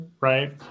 right